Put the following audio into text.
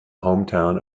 hometown